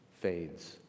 fades